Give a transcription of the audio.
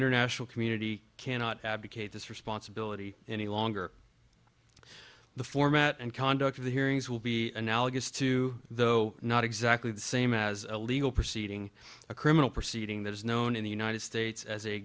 international community cannot abdicate this responsibility any longer the format and conduct of the hearings will be analogous to though not exactly the same as a legal proceeding a criminal proceeding that is known in the united states as a